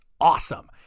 awesome